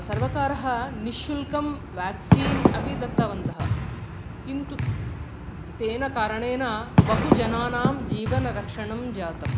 सर्वकारः निश्शुल्कं व्याक्सीन् अपि दत्तवन्तः किन्तु तेन कारणेन बहु जनानां जीवनरक्षणं जातम्